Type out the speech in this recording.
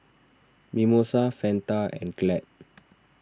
Mimosa Fanta and Glad